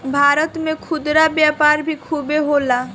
भारत में खुदरा व्यापार भी खूबे होला